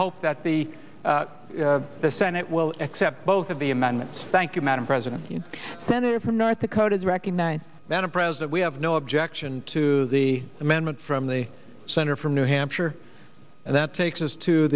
hope that the the senate will accept both of the amendments thank you madam president senator from north dakota to recognize that a president we have no objection to the amendment from the senator from new hampshire and that takes us to